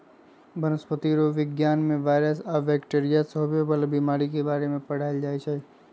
वनस्पतिरोग विज्ञान में वायरस आ बैकटीरिया से होवे वाला बीमारी के बारे में पढ़ाएल जाई छई